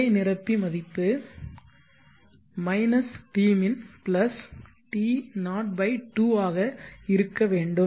குறை நிரப்பி மதிப்பு tmin T0 2 ஆக இருக்க வேண்டும்